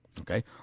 Okay